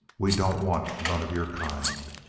we don't want none of your kind.